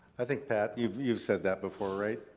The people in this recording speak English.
i think, pat, you've you've said that before, right?